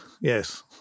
Yes